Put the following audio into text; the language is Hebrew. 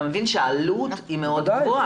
אתה מבין שהעלות מאוד גבוהה.